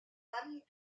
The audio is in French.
familles